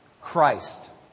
Christ